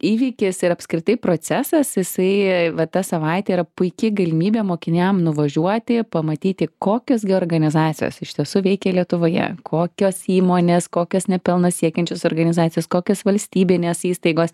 įvykis ir apskritai procesas jisai va ta savaitė yra puiki galimybė mokiniam nuvažiuoti pamatyti kokios gi organizacijos iš tiesų veikia lietuvoje kokios įmonės kokios ne pelno siekiančios organizacijos kokios valstybinės įstaigos